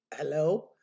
Hello